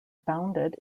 bounded